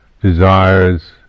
desires